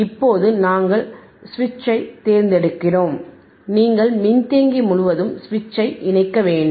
இப்போது நாங்கள் சுவிட்சைத் தேர்ந்தெடுக்கிறோம் நீங்கள் மின்தேக்கி முழுவதும் சுவிட்சை இணைக்க வேண்டும்